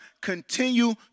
continue